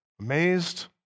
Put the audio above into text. amazed